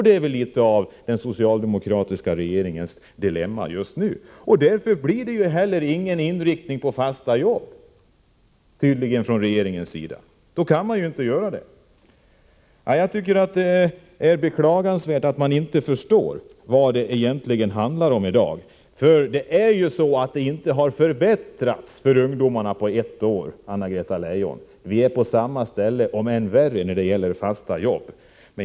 Det är litet av den socialdemokratiska regeringens dilemma just ju. Därför blir det tydligen inte heller från regeringens sida någon inriktning på fasta jobb — då kan man ju inte klara det. Jag tycker att det är beklagligt att man inte förstår vad det egentligen handlar om i dag. Det har ju inte förbättrats för ungdomar på ett år, Anna-Greta Leijon. Vi är på samma ställe, om inte värre, när det gäller fasta jobb.